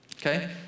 Okay